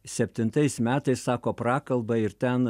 septintais metais sako prakalbą ir ten